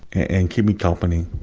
and keep me company.